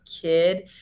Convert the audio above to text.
kid